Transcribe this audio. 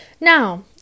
Now